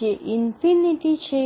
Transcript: જે ઇનફિનિટ છે